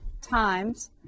times